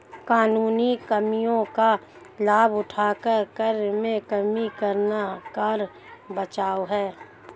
कानूनी कमियों का लाभ उठाकर कर में कमी करना कर बचाव है